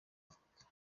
africa